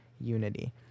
unity